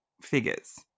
figures